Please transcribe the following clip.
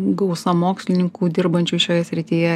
gausa mokslininkų dirbančių šioje srityje